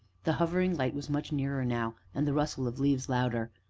the hovering light was much nearer now, and the rustle of leaves louder,